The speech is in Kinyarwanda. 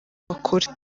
bakore